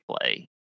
play